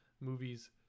movies